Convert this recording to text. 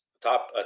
top